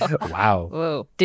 Wow